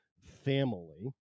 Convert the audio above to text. family